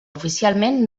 oficialment